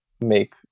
make